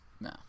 No